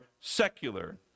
secular